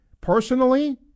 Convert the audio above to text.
Personally